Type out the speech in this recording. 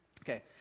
Okay